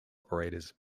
operators